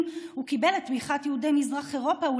הוא קיבל את תמיכת יהודי מזרח אירופה,